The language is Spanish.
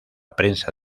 prensa